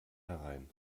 herein